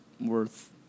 worth